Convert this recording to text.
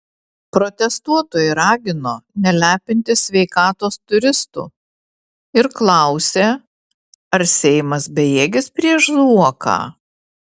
protestuotojai ragino nelepinti sveikatos turistų ir klausė ar seimas bejėgis prieš zuoką